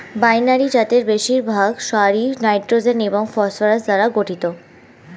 binary জাতের বেশিরভাগ সারই নাইট্রোজেন এবং ফসফরাস দ্বারা গঠিত